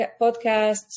podcasts